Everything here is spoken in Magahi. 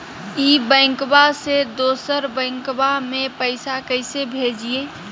ई बैंकबा से दोसर बैंकबा में पैसा कैसे भेजिए?